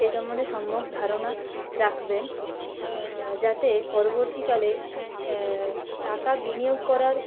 সেই সম্বন্ধে সম্যক ধারণা রাখবেন যাতে পরবর্তীকালে টাকা বিনিয়োগ করার